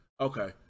okay